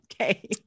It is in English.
Okay